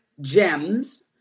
Gems